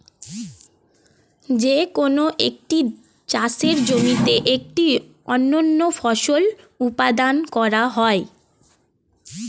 যে কোন একটি চাষের জমিতে একটি অনন্য ফসল উৎপাদন করা হয়